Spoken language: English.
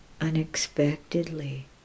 unexpectedly